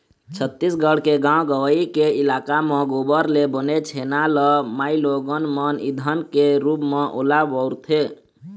छत्तीसगढ़ के गाँव गंवई के इलाका म गोबर ले बने छेना ल माइलोगन मन ईधन के रुप म ओला बउरथे